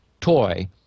toy